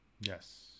yes